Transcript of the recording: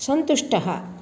सन्तुष्टः